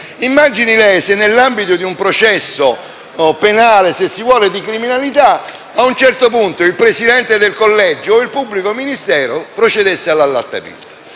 aule, se nell'ambito di un processo penale o, se si vuole, di criminalità, a un certo punto il presidente del collegio o il pubblico ministero procedessero all'allattamento.